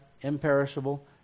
imperishable